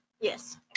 Yes